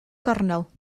gornel